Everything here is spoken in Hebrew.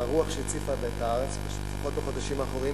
והרוח שהציפה בה את הארץ לפחות בחודשים האחרונים,